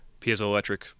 piezoelectric